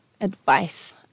Advice